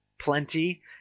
plenty